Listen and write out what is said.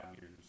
years